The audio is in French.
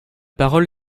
parole